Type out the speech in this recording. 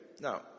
Now